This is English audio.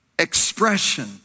expression